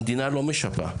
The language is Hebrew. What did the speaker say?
המדינה לא משפה.